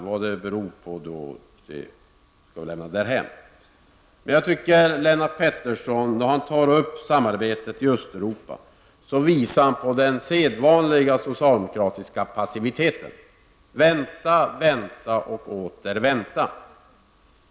Vad det beror på skall jag lämna därhän. När Lennart Pettersson tar upp samarbetet i Östeuropa visar han på den sedvanliga socialdemokratiska passiviteten: vänta, vänta och åter vänta.